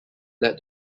leads